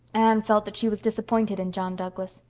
anne felt that she was disappointed in john douglas.